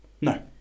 No